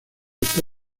está